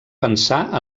pensar